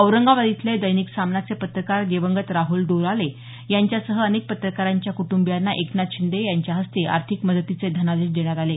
औरंगाबाद इथले दैनिक सामनाचे पत्रकार दिवंगत राहुल डोलारे यांच्यासह अनेक पत्रकारांच्या कुटुंबीयांना एकनाथ शिंदे यांच्या हस्ते आर्थिक मदतीचे धनादेश देण्यात आले